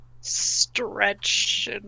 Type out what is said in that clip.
stretch